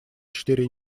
четыре